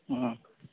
हाँ